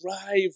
drive